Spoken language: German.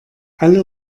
alle